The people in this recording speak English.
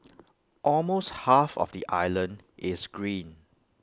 almost half of the island is green